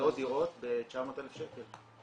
מאות דירות ב-900,000 שקל.